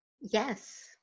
Yes